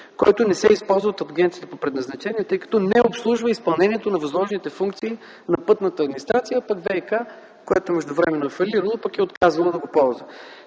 който не се използва от агенцията по предназначение, тъй като не обслужва изпълнението на възложените функции на пътната администрация, пък ВиК, което междувременно е фалирало, пък е отказало да го ползва.